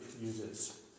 uses